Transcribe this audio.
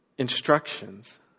instructions